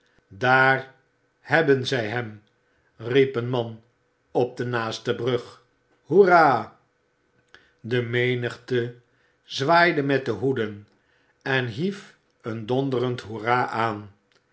daar hebben zij hem riep een man op de naaste brug hoerah de menigte zwaaide met de hoeden en hief een donderend hoerah aan